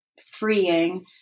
freeing